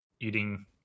eating